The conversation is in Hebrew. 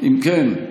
אם כן,